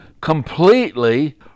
completely